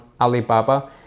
alibaba